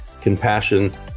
compassion